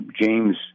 James